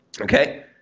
Okay